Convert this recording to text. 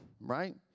right